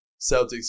Celtics